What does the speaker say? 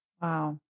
Wow